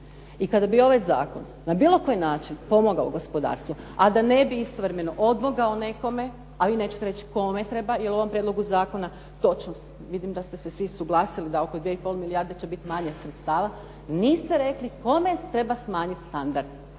I kada bi ovaj zakon na bilo koji način pomogao gospodarstvu, a da ne bi istovremeno odmogao nekome a vi nećete reći kome treba jer u ovom prijedlogu zakona točno, vidim da ste se svi suglasili da oko 2 i pol milijarde će biti manjak sredstava. Niste rekli kome treba smanjiti standard.